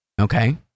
Okay